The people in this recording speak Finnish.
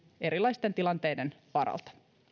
erilaisten tilanteiden varalta